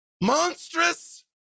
monstrous